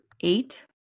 eight